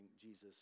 Jesus